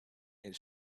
his